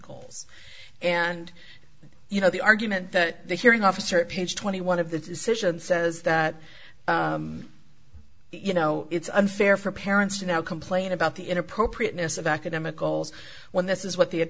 goals and you know the argument that the hearing officer page twenty one of the decision says that you know it's unfair for parents to now complain about the inappropriateness of academic goals when this is what the